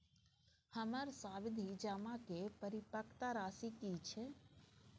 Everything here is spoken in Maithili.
हमर सावधि जमा के परिपक्वता राशि की छै?